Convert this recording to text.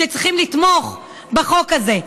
הראשונים שצריכים לתמוך בחוק הזה.